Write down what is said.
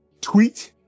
Tweet